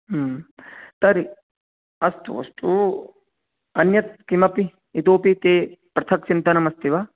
तर्हि अस्तु अस्तु अन्यत् किमपि इतोऽपि ते पृथक् चिन्तनम् अस्ति वा